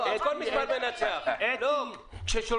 כל מספר מנצח כשלא